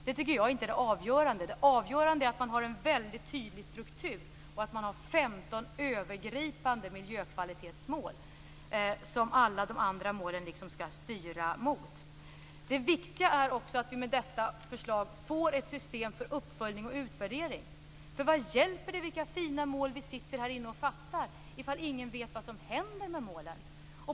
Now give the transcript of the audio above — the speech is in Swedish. Jag tycker inte att detta är det avgörande, utan det avgörande är att man har en väldigt tydlig struktur och att det finns 15 övergripande miljökvalitetsmål som alla de andra målen liksom skall styra mot. Viktigt är också att vi med detta förslag får ett system för uppföljning och utvärdering. Vi kan sitta här i denna sal och fatta beslut om fina mål. Men vad hjälper det om ingen vet vad som händer med målen?